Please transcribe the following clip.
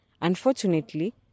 Unfortunately